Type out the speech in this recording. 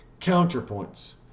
counterpoints